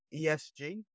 ESG